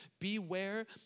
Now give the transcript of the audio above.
Beware